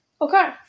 Okay